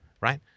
right